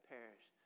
Perish